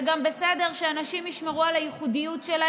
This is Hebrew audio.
אנחנו בעד, ביקשתם